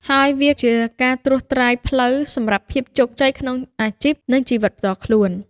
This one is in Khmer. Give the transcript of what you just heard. ហើយវាជាការត្រួសត្រាយផ្លូវសម្រាប់ភាពជោគជ័យក្នុងអាជីព និងជីវិតផ្ទាល់ខ្លួន។